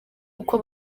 uko